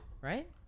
Right